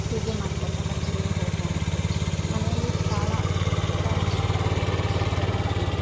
ಹೀಗೆ ಮಾಡ್ಕೊತಾ ಕಂಟಿನಿವ್ ಹೋಗು ಅಂತ್ಹೇಳಿ ಮನೆಯಲ್ಲಿ ಭಾಳ ಒತ್ತಾಯ ಮಾಡ್ತಾರೆ ಏನಾದರು ಹೋಟೆಲ್ ಮಾಡು